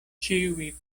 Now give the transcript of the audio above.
ĉiuj